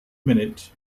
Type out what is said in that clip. minute